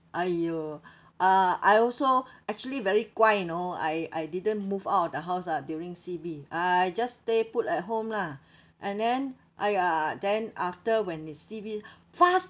!aiyo! uh I also actually very guai you know I I didn't move out of the house ah during C_B I just stay put at home lah and then !aiya! then after when the C_B faster